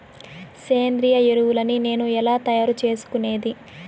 సేంద్రియ ఎరువులని నేను ఎలా తయారు చేసుకునేది?